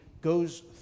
goes